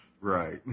Right